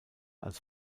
als